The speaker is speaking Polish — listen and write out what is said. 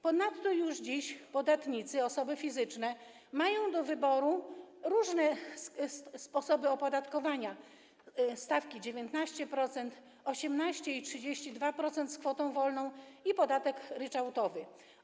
Ponadto już dziś podatnicy i osoby fizyczne mają do wyboru różne sposoby opodatkowania: stawki 19%, 18% i 32% z kwotą wolną i podatek ryczałtowy.